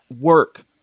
work